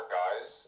guys